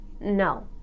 no